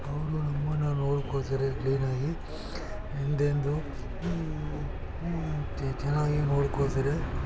ಅವ್ರೂ ನಮ್ಮನ್ನು ನೋಡ್ಕೊಳ್ತಾರೆ ಕ್ಲೀನ್ ಆಗಿ ಹಿಂದೆಂದೂ ಚೆನ್ನಾಗೇ ನೋಡ್ಕೊಳ್ತಾರೆ